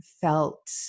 felt